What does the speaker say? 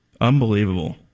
Unbelievable